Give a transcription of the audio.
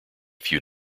few